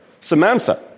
Samantha